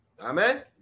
Amen